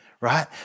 Right